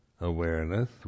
awareness